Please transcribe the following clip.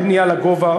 אין בנייה לגובה,